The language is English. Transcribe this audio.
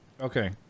Okay